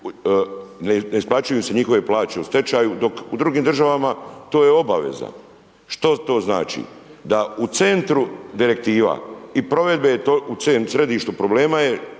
ne isplaćuju se njihove plaće u stečaju, dok u drugim državama to je obaveza. Što to znači? Da u centru direktiva i provedba u tom središtu problema je